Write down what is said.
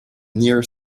near